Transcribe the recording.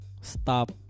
stop